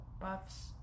Buffs